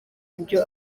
ibyo